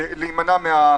זה, להימנע.